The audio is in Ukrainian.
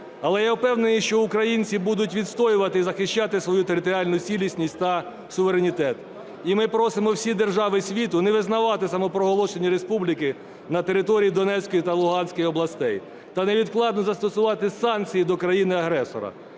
але я впевнений, що українці будуть відстоювати і захищати свою територіальну цілісність та суверенітет. І ми просимо всі держави світу не визнавати самопроголошені республіки на території Донецької та Луганської областей, та невідкладно застосувати санкції до країни-агресора.